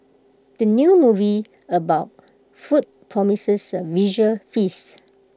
the new movie about food promises A visual feast